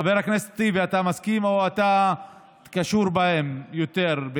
חבר הכנסת טיבי, אתה מסכים או שאתה קשור בהם יותר?